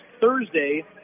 Thursday